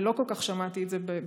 ולא כל כך שמעתי את זה בתשובתך,